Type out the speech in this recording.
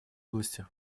области